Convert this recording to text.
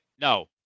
No